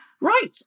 Right